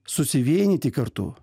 susivienyti kartu